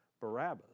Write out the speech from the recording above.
Barabbas